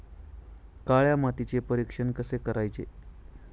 काळ्या मातीचे परीक्षण कसे करायचे?